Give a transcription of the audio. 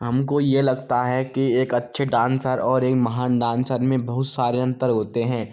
हमको ये लगता है कि एक अच्छे डांसर और एक महान डांसर में बहुत सारे अंतर होते हैं